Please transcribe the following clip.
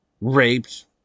raped